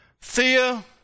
Thea